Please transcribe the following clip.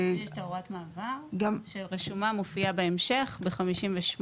לזה יש הוראת מעבר שרישומה מופיע בהמשך ב-58א(ה).